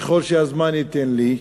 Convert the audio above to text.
ככל שהזמן ייתן לי.